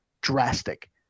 drastic